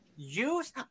Use